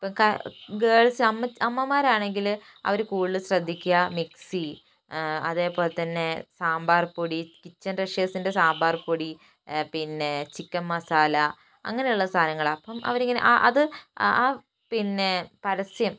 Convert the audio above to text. girls അമ്മ അമ്മമാരാണെങ്കിൽ അവരു കൂടുതൽ ശ്രദ്ധിക്കുക മിക്സി അതേപോലെ തന്നെ സാമ്പാർ പൊടി കിച്ചൻ ട്രെഷേർസ്ൻ്റെ സാമ്പാർ പൊടി പിന്നെ ചിക്കൻ മസാല അങ്ങനെയുള്ള സാധനങ്ങൾ ആണ് അപ്പം അവരിങ്ങനെ അത് ആ പിന്നെ പരസ്യം